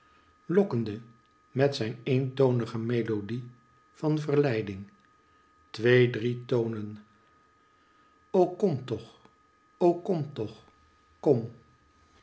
lokkende met zijn eentonige melodie van verieiding twee drie tonen o kom toch o kom toch kom